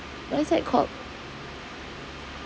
what is that called